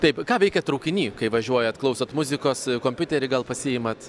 taip ką veikiat traukiny kai važiuojat klausot muzikos kompiuterį gal pasiimat